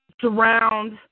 surround